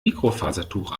mikrofasertuch